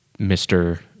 Mr